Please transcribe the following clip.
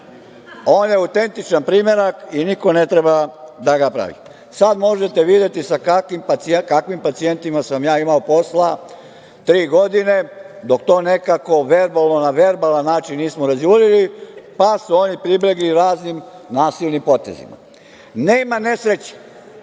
On je autentičan primerak i niko ne treba da ga pravi. Sad možete videti sa kakvim pacijentima sam ja imao posla tri godine, dok to nekako na verbalan način nismo razjurili, pa su oni pribegli raznim nasilnim potezima. Nema nesreće,